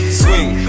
swing